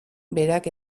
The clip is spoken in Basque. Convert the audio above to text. berak